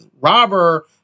robber